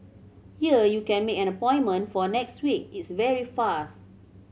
here you can make an appointment for next week it's very fast